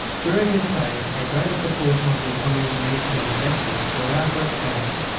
during this phase a greater proportion of the economy will need to be invested to allow for expansion.